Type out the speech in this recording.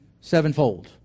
sevenfold